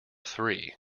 three